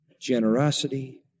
generosity